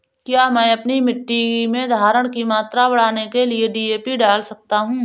क्या मैं अपनी मिट्टी में धारण की मात्रा बढ़ाने के लिए डी.ए.पी डाल सकता हूँ?